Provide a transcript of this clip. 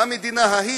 "המדינה ההיא",